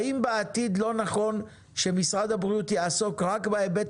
האם בעתיד לא נכון שמשרד הבריאות יעסוק רק בהיבט